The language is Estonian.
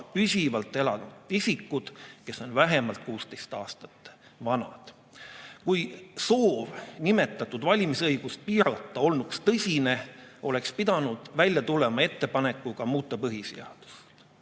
püsivalt elavad isikud, kes on vähemalt kuusteist aastat vanad." Kui soov nimetatud valimisõigust piirata olnuks tõsine, oleks pidanud välja tulema ettepanekuga muuta põhiseadust.